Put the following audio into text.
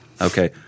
Okay